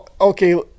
okay